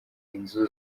inzu